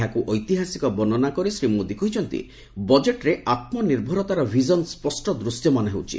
ଏହାକୁ ଐତିହାସିକ ବର୍ଷନା କରି ଶ୍ରୀ ମୋଦି କହିଛନ୍ତି ବଜେଟ୍ରେ ଆତ୍କନିର୍ଭରତାର ଭିଜନ୍ ସ୍ୱଷ୍ଟ ଦୂର୍ଶ୍ୟମାନ ହେଉଛି